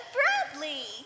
Bradley